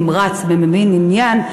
נמרץ ומבין עניין,